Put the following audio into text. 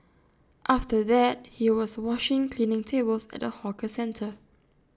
after that he was washing cleaning tables at A hawker centre